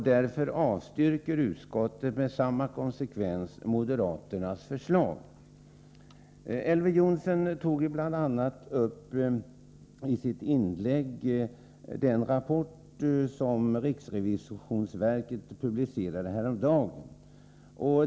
Därför avstyrker utskottet med samma konsekvens moderaternas förslag på denna punkt. Elver Jonsson tog i sitt inlägg bl.a. upp den rapport som riksrevisionsverket publicerade häromdagen.